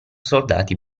soldati